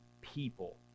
people